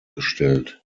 gestellt